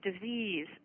disease